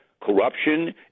corruption